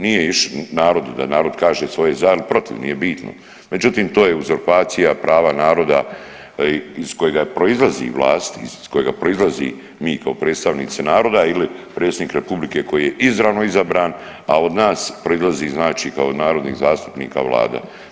Nije išao, narodu da narod kaže svoje za ili protiv nije bitno, međutim to je uzurpacija prava naroda iz kojega proizlazi vlast, iz kojega proizlazi mi kao predstavnici naroda ili predsjednik Republike koji je izravno izabran, a od nas proizlazi znači kao narodnih zastupnika vlada.